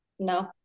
No